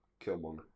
Killmonger